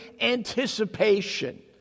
anticipation